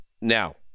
Now